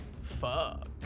Fuck